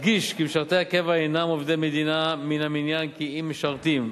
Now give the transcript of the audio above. אדגיש כי משרתי הקבע אינם עובדי מדינה מן המניין כי אם משרתים.